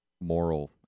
moral